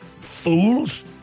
Fools